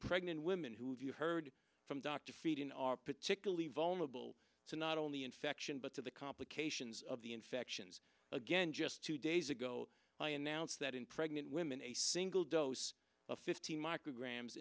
pregnant women who you heard from dr frieden are particularly vulnerable to not only infection but to the complications of the infections again just two days ago i announce that in pregnant women a single dose of fifty micrograms